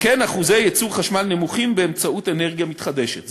וכן אחוזי ייצור חשמל נמוכים באמצעות אנרגיה מתחדשת.